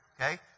okay